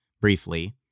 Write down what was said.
Briefly